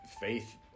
faith